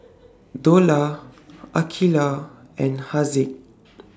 Dollah Aqilah and Haziq